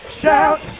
shout